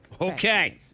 Okay